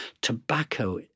Tobacco